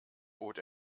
bot